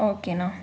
ஓகேண்ணா